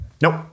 Nope